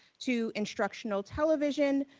to instructional television,